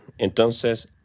Entonces